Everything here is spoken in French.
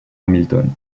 hamilton